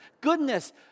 goodness